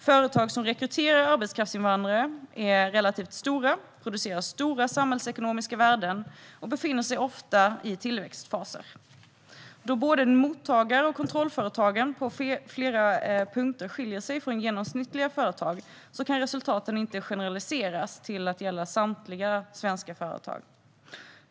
Företag som rekryterar arbetskraftsinvandrare är relativt stora, producerar stora samhällsekonomiska värden och befinner sig ofta i tillväxtfaser. Då både mottagare och kontrollföretag på flera punkter skiljer sig från genomsnittliga företag kan resultaten inte generaliseras till att gälla samtliga svenska företag.